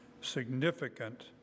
significant